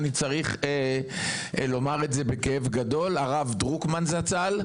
אני צריך לומר את זה בכאב גדול הרב דרוקמן זצ"ל,